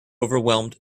overwhelmed